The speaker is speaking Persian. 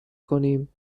کنیم